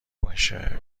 باشه